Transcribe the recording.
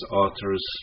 authors